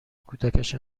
کودکش